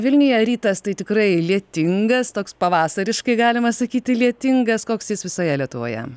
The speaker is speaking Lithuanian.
vilniuje rytas tai tikrai lietingas toks pavasariškai galima sakyti lietingas koks jis visoje lietuvoje